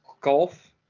golf